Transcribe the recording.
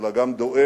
אלא גם דואג